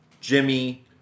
Jimmy